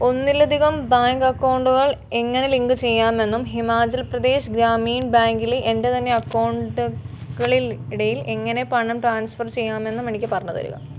ഒന്നിലധികം ബാങ്ക് അക്കൗണ്ടുകൾ എങ്ങനെ ലിങ്കുചെയ്യാമെന്നും ഹിമാചൽ പ്രദേശ് ഗ്രാമീൺ ബാങ്ക്ലെ എന്റെ തന്നെ അക്കൗണ്ടുകൾക്കിടയിൽ എങ്ങനെ പണം ട്രാൻസ്ഫർ ചെയ്യാമെന്നും എനിക്ക് പറഞ്ഞുതരിക